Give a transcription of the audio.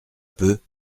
peu